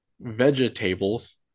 vegetables